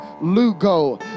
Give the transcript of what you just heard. lugo